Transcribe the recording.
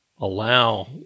allow